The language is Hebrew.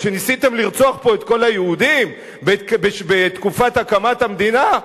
שניסיתם לרצוח פה את כל היהודים בתקופת הקמת המדינה?